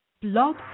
Blog